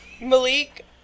Malik